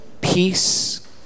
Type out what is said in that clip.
Peace